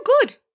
good